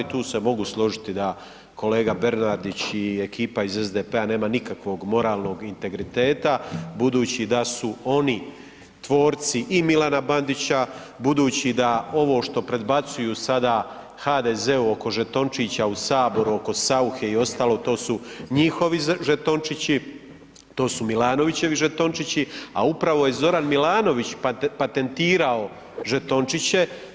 Tu se mogu složiti da kolega Bernardić i ekipa iz SDP-a nema nikakvog moralnog integriteta, budući da su oni tvorci i Milana Bandića, budući da ovo što predbacuju sada HDZ-u oko žetončića u Saboru oko Sauche i ostalog to su njihovi žetončići, to su MIlanovićevi žetončići, a upravo je Zoran Milanović patentirao žetončiće.